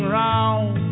round